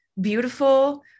beautiful